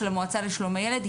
של המועצה לשלום הילד,